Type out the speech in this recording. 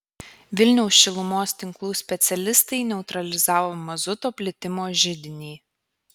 vilniaus šilumos tinklų specialistai neutralizavo mazuto plitimo židinį